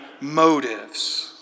motives